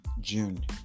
june